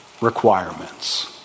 requirements